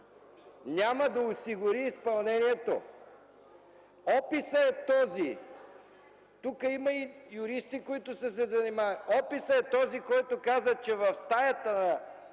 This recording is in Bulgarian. няма да осигури изпълнението! Описът е този… Тук има юристи, които се занимават с тази тема. Описът е този, който казва, че в стаята